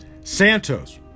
Santos